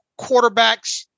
quarterbacks